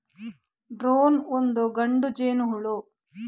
drone ಒಂದು ಗಂಡು ಜೇನುಹುಳು